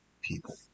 people